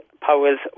powers